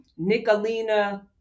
nicolina